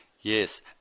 yes